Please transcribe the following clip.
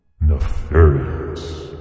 Nefarious